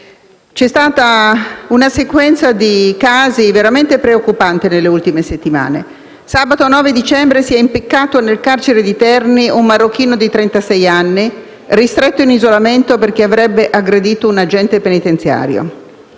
C'è stata una sequenza di casi veramente preoccupante nelle ultime settimane: sabato 9 dicembre si è impiccato nel carcere di Terni un marocchino di trentasei anni ristretto in isolamento perché avrebbe aggredito un agente penitenziario;